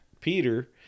Peter